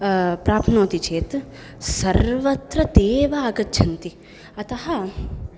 प्राप्नोति चेत् सर्वत्र ते एव आगच्छन्ति अतः